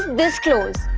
this close!